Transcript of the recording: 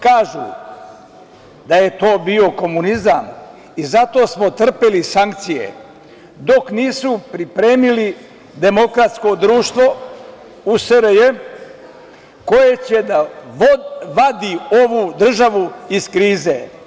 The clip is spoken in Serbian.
Kažu da je to bio komunizam i zato smo trpeli sankcije, dok nisu pripremili demokratsko društvo u SRJ koje će da vadi ovu državu iz krize.